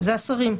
זה השרים,